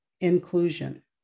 inclusion